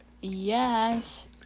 Yes